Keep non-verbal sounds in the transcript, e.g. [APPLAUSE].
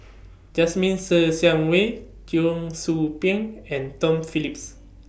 [NOISE] Jasmine Ser Xiang Wei Cheong Soo Pieng and Tom Phillips